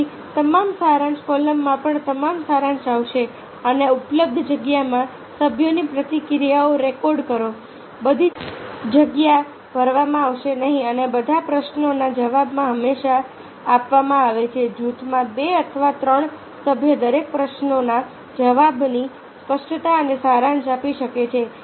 તેથી તમામ સારાંશ કોલમમાં પણ તમામ સારાંશ આવશે અને ઉપલબ્ધ જગ્યામાં સભ્યોની પ્રતિક્રિયાઓ રેકોર્ડ કરો બધી જગ્યા ભરવામાં આવશે નહીં અને બધા પ્રશ્નોના જવાબો હંમેશા આપવામાં આવે છે જૂથમાં બે અથવા ત્રણ સભ્યો દરેક પ્રશ્નના જવાબોની સ્પષ્ટતા અને સારાંશ આપી શકે છે